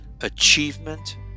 Achievement